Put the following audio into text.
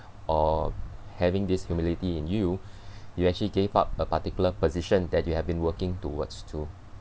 or having this humility in you you actually gave up a particular position that you have been working towards to